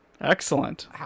Excellent